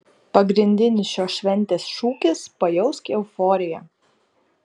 pagrindinis šios šventės šūkis pajausk euforiją